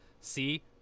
See